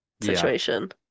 situation